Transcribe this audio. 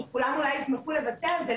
שכולם אולי ישמחו לוותר על זה,